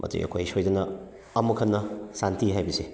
ꯃꯁꯤ ꯑꯩꯈꯣꯏ ꯁꯣꯏꯗꯅ ꯑꯃꯨꯛ ꯍꯟꯅ ꯁꯥꯟꯇꯤ ꯍꯥꯏꯕꯁꯦ